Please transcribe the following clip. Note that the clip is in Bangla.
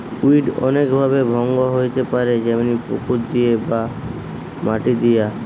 উইড অনেক ভাবে ভঙ্গ হইতে পারে যেমনি পুকুর দিয়ে বা মাটি দিয়া